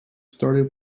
started